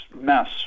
mess